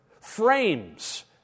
frames